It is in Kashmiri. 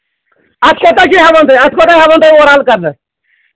اَتھ کوتاہ چھِو ہٮ۪وان تُہۍ اَتھ کوتاہ ہٮ۪وان تُہۍ اوٚور ہال کَرنَس